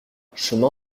chemin